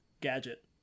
gadget